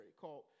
called